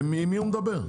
עם מי הוא מדבר?